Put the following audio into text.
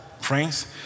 friends